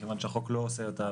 מכיוון שהחוק לא עושה אותה,